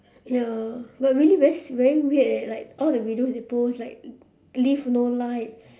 ya but really very very weird eh like all the videos they post like lift no light